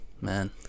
Man